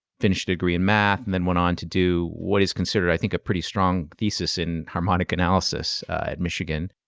finished a degree in math, and then went on to do what is considered, i think, a pretty strong thesis in harmonic analysis at michigan,